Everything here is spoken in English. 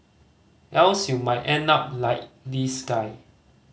else you might end up like this guy